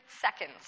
seconds